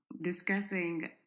discussing